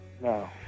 No